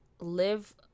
live